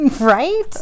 Right